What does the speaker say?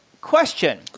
question